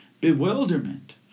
Bewilderment